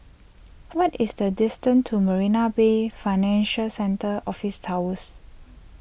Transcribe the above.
what is the distance to Marina Bay Financial Centre Office Towers